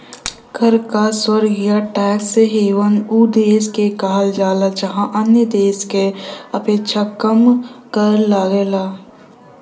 कर क स्वर्ग या टैक्स हेवन उ देश के कहल जाला जहाँ अन्य देश क अपेक्षा कम कर लगला